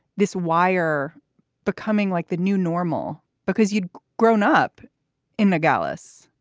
this wire becoming like the new normal because you'd grown up in nogales.